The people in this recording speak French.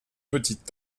petites